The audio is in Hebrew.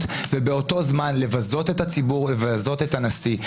ובאותו זמן לבזות את הציבור ולבזות את הנשיא.